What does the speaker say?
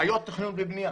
בעיות תכנון ובנייה